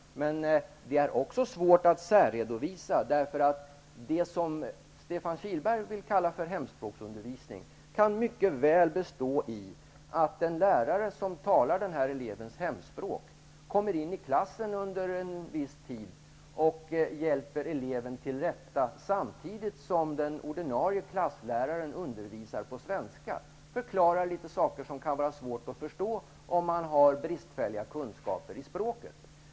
Men den är också svår att särredovisa. Det som Stefan Kihlberg vill kalla för hemspråksundervisning kan mycket väl bestå i att en lärare som talar elevens hemspråk kommer in i klassrummet för en tid och hjälper eleven till rätta samtidigt som den ordinarie klassläraren undervisar på svenska. Läraren kan förklara saker som kan vara svåra att förstå om eleven har bristfälliga kunskaper i språket.